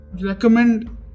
recommend